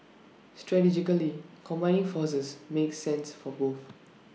strategically combining forces makes sense for both